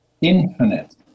infinite